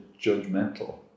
judgmental